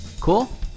Cool